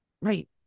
Right